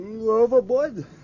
overboard